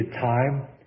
time